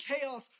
chaos